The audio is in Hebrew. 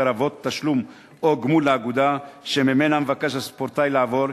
לרבות תשלום או גמול לאגודה שממנה מבקש הספורטאי לעבור,